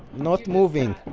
not moving!